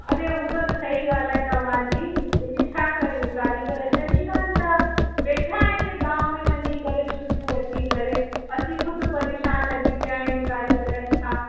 अड़े हू त त सही ॻाल्हि आहे तव्हांजी लेकिनि छा कयूं कारीगर अचनि ई कान था वेठा आहिनि गांव में वञी करे छुटियूं वठी करे असीं ख़ुदि परेशान लॻी पिया आहियूं कारीगरनि खां